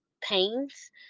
pains